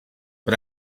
but